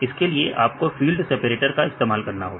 इसके लिए आपको फील्ड सेपरेटर का इस्तेमाल करना होगा